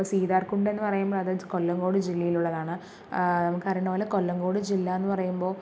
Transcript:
ഇപ്പം സീതാർകുണ്ടെന്ന് പറയുമ്പോൾ അതായത് കൊല്ലങ്കോട് ജില്ലയിലുള്ളതാണ് നമുക്കറിയുന്ന പോലെ കൊല്ലങ്കോട് ജില്ലയെന്നു പറയുമ്പോൾ